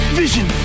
vision